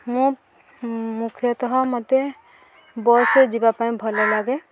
ମୁଁ ମୁଖ୍ୟତଃ ମୋତେ ବସ୍ରେ ଯିବା ପାଇଁ ଭଲ ଲାଗେ